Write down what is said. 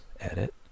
edit